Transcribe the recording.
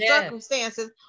circumstances